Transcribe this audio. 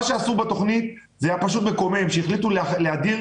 מה שעשו בתוכנית זה פשוט מקומם החליטו להדיר